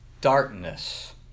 darkness